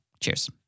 Cheers